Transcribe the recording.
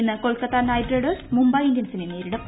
എല്ലിൽ ഇന്ന് Kolkata Knight Riders Mumbai ഇന്ത്യൻസിനെ നേരിടും